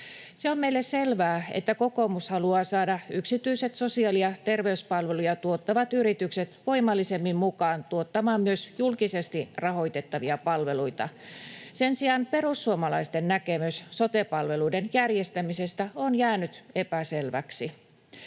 Se on meille selvää, että kokoomus haluaa saada yksityiset sosiaali- ja terveyspalveluja tuottavat yritykset voimallisemmin mukaan tuottamaan myös julkisesti rahoitettavia palveluita. Sen sijaan perussuomalaisten näkemys sote-palveluiden järjestämisestä on jäänyt epäselväksi.